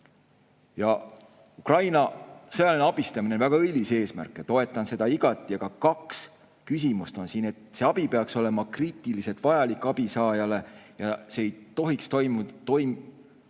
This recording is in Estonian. Ukraina sõjaline abistamine väga õilis eesmärk ja ma toetan seda igati. Aga kaks küsimust on siin: see abi peaks olema kriitiliselt vajalik abisaajale ja see ei tohiks toimuda